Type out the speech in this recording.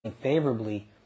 favorably